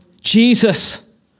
Jesus